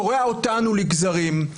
קורע אותנו לגזרים,